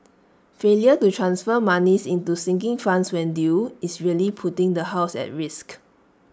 failure to transfer monies to sinking funds when due is really putting the house at risk